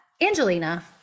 Angelina